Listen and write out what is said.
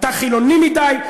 אתה חילוני מדי,